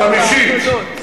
וחמישית,